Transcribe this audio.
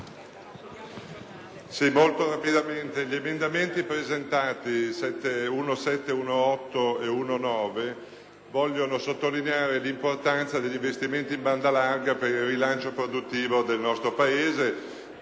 Signora Presidente, gli emendamenti 1.7, 1.8 e 1.9 vogliono sottolineare l'importanza degli investimenti in banda larga per il rilancio produttivo del nostro Paese.